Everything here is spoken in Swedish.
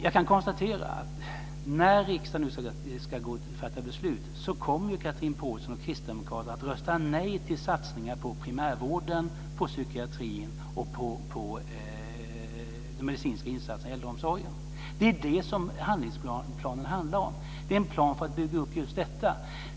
Jag kan konstatera att Chatrine Pålsson och kristdemokraterna kommer att rösta nej till satsningar på primärvården, på psykiatrin och på de medicinska insatserna i äldreomsorgen nu när riksdagen ska fatta beslut. Det är det som handlingsplanen handlar om. Det är en plan för att bygga upp just detta.